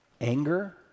Anger